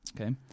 Okay